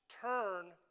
turn